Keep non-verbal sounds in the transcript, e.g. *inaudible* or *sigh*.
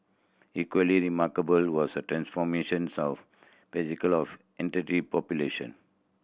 equally remarkable was the transformations of *unintelligible* of *unintelligible* population